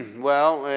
well,